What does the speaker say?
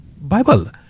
Bible